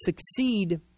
succeed